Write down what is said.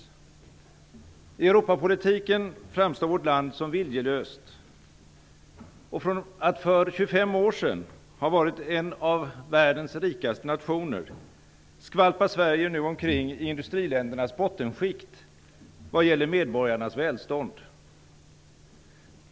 I Europapolitiken framstår vårt land som viljelöst. Från att för 25 år sedan ha varit en av världens rikaste nationer skvalpar Sverige nu omkring i industriländernas bottenskikt vad gäller medborgarnas välstånd.